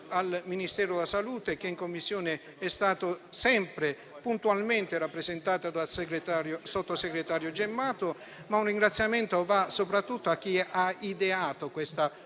al Ministero della salute, che vi è stato sempre puntualmente rappresentato dal sottosegretario Gemmato. E un ringraziamento va soprattutto a chi ha avanzato questa